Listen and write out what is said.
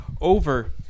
Over